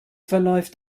verläuft